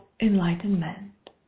enlightenment